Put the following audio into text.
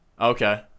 Okay